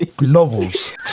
Novels